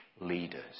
leaders